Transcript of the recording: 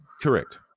Correct